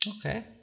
Okay